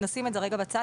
נשים את זה בצד,